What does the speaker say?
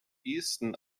ehesten